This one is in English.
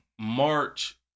March